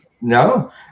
no